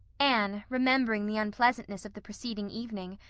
anne, remembering the unpleasantness of the preceding evening,